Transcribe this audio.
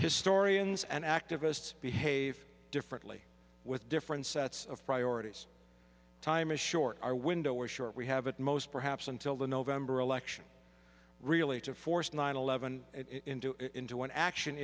historians and activists behave differently with different sets of priorities time is short our window are short we have at most perhaps until the november election really to force nine eleven into an action